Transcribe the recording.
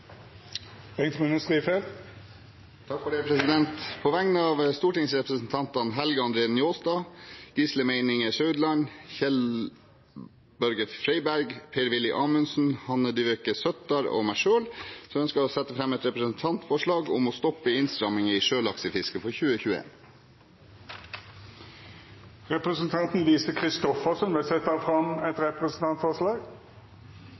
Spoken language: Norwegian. På vegne av stortingsrepresentantene Helge André Njåstad, Gisle Meininger Saudland, Kjell-Børge Freiberg, Per-Willy Amundsen, Hanne Dyveke Søttar og meg selv ønsker jeg å sette fram et representantforslag om å stoppe innstramminger i sjølaksefisket i 2021. Representanten Lise Christoffersen vil setja fram